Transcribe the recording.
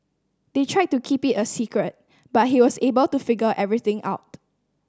they tried to keep it a secret but he was able to figure everything out